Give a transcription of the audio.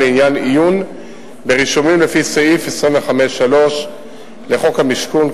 לעניין עיון ברישומים לפי סעיף 25(3) לחוק המשכון,